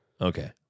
Okay